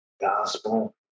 gospel